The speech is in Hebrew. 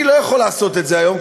אני לא יכול לעשות את זה היום,